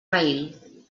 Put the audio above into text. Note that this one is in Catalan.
raïl